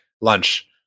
lunch